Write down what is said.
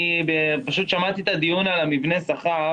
אני פשוט שמעתי את הדיון על מבנה השכר,